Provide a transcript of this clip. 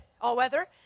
all-weather